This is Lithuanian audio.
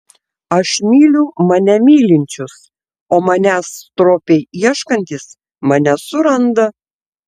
aš myliu mane mylinčius o manęs stropiai ieškantys mane suranda